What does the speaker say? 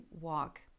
walk